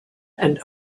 and